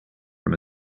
from